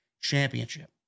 Championship